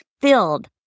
filled